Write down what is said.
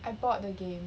I bought the game